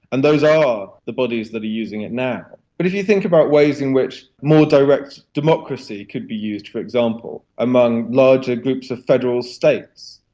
and those are the bodies that are using it now. but if you think about ways in which more direct democracy could be used, for example, among larger groups of federal states,